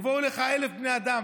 יבואו אליך 1,000 בני אדם,